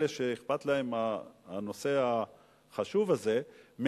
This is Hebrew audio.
אלה שאכפת להם הנושא החשוב הזה,